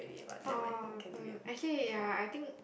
oh um actually ya I think